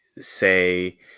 say